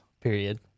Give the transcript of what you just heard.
period